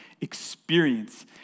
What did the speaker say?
experience